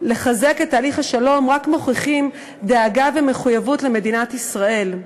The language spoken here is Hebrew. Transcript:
לחזק את תהליך השלום רק מוכיחים דאגה ומחויבות למדינת ישראל.